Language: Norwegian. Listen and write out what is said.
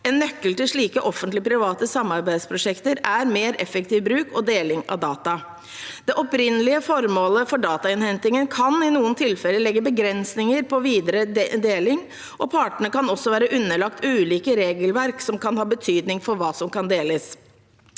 En nøkkel til slike offentlig-private samarbeidsprosjekter er mer effektiv bruk og deling av data. Det opprinnelige formålet for datainnhentingen kan i noen tilfeller legge begrensninger på videre deling, og partene kan også være underlagt ulike regelverk som kan ha betydning for hva som kan deles.